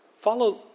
follow